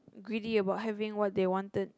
greedy about having what they wanted